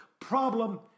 problem